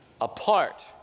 apart